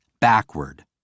backward